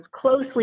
closely